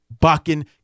bucking